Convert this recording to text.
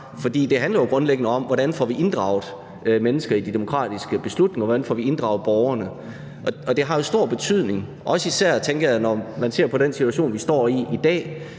det handler jo grundlæggende om, hvordan vi får inddraget mennesker i de demokratiske beslutninger, hvordan vi får inddraget borgerne. Det har jo stor betydning, især også, tænker jeg, når man ser på den situation, vi står i i dag,